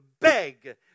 beg